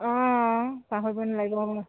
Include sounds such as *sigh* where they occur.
*unintelligible*